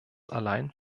allein